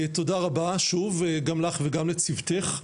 תודה רבה שוב, גם לך וגם לצוותך.